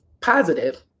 positive